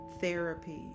therapy